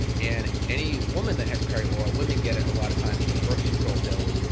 and, any woman that has perioral, women get it a lot of times from birth control pills,